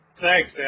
Thanks